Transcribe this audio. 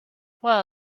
well